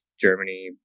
germany